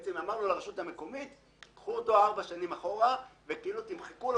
בעצם אמרנו לרשות המקומית: קחו אותו ארבע שנים אחורה ותיתנו לו